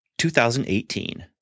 2018